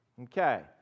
okay